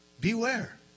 beware